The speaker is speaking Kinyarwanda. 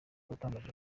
yatangaje